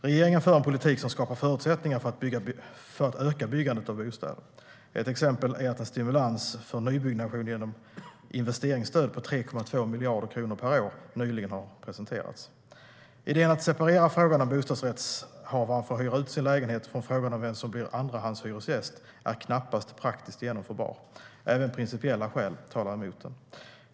Regeringen för en politik som skapar förutsättningar för att öka byggandet av bostäder. Ett exempel är att en stimulans för nybyggnation genom investeringsstöd på 3,2 miljarder kronor per år nyligen har presenterats.Idén att separera frågan om bostadsrättshavaren får hyra ut sin lägenhet från frågan om vem som blir andrahandshyresgäst är knappast praktiskt genomförbar. Även principiella skäl talar mot den.